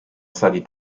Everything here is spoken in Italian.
stati